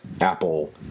apple